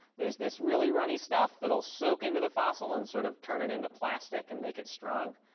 there's this really runny stuff that'll soak into the fossil and sort of turn it into plastic and make it strong.